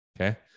okay